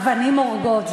אבנים הורגות,